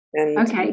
okay